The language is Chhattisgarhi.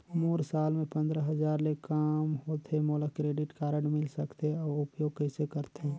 मोर साल मे पंद्रह हजार ले काम होथे मोला क्रेडिट कारड मिल सकथे? अउ उपयोग कइसे करथे?